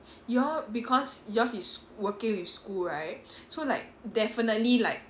y'all because yours is working with school right so like definitely like